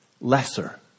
lesser